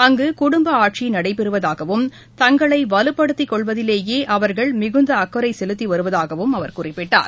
அங்குகுடும்பஆட்சிநடைபெறுவதாகவும் தங்களைவலுப்படுத்திக்கொள்வதிலேயே அவர்கள் மிகுந்தஅக்கறைசெலுத்திவருவதாகவும் அவர் குறிப்பிட்டார்